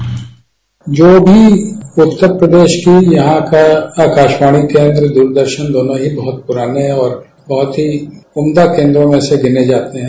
bite जो भी उत्तर प्रदेश की यहां का आकाशवाणी केंद्र दूरदर्शन दोनों ही बहुत पुराने और बहुत ही उम्दा केंद्रों में से गिने जाते हैं